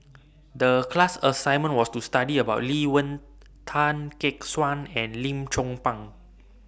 The class assignment was to study about Lee Wen Tan Gek Suan and Lim Chong Pang